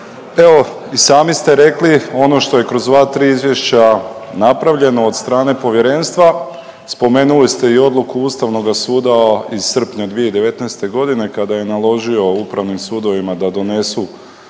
Evo i sami ste rekli ono što je kroz 2-3 izvješća napravljeno od strane povjerenstva. Spomenuli ste i odluku Ustavnoga suda iz srpnja 2019. godine kada je naložio upravnim sudovima da donesu